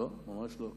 לא, ממש לא.